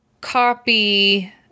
copy